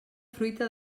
fruita